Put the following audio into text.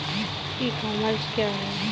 ई commerce क्या है?